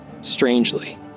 strangely